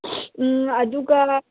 ꯑꯗꯨꯒ